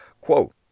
quote